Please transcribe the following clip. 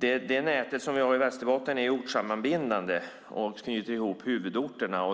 Det nät vi har i Västerbotten är ortssammanbindande och knyter ihop huvudorterna.